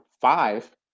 five